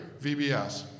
VBS